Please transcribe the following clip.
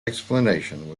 explanation